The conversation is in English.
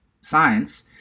science